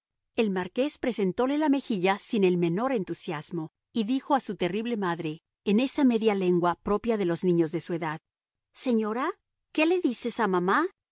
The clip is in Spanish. el marqués presentole la mejilla sin el menor entusiasmo y dijo a su terrible madre en esa media lengua propia de los niños de su edad señora qué le dices a mamá